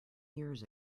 years